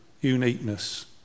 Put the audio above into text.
uniqueness